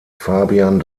fabian